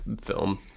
film